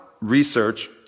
research